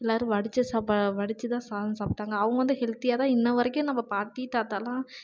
எல்லாரும் வடித்த சாப்பாடு வடித்து தான் சாதம் சாப்பிடாங்க அவங்க வந்து ஹெல்த்தியாக தான் இன்னம் வரைக்கும் நம்ம பாட்டி தாத்தாலாம்